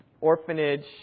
orphanage